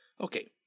Okay